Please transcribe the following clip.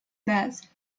base